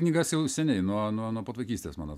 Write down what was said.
knygas jau seniai nuo nuo pat vaikystės mano